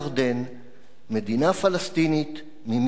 מדינה פלסטינית ממזרח לירדן."